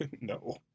No